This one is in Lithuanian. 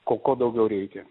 ko ko daugiau reikia